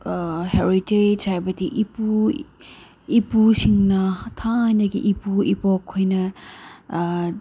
heritage ꯍꯥꯏꯕꯗꯤ ꯏꯄꯨ ꯏꯄꯨꯁꯤꯡꯅ ꯊꯥꯏꯅꯒꯤ ꯏꯄꯨ ꯏꯕꯣꯛ ꯈꯣꯏꯅ